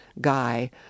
guy